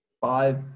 five